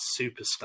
superstar